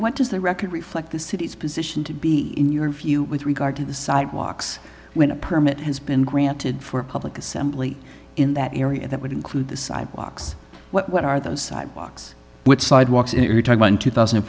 what does the record reflect the city's position to be in your view with regard to the sidewalks when a permit has been granted for a public assembly in that area that would include the sidewalks what are those sidewalks which sidewalks in your timeline two thousand and